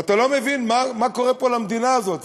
ואתה לא מבין מה קורה פה למדינה הזאת,